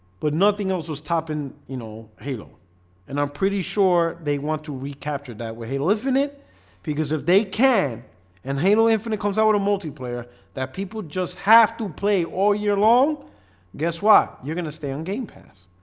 but nothing else was topping you know halo and i'm pretty sure they want to recapture that where they live in it because if they can and handle infinite comes out with a multiplayer that people just have to play all year long guess why you're gonna stay on game paths?